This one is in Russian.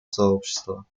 сообщества